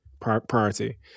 priority